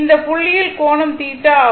இந்த புள்ளியில் கோணம் θ ஆகும்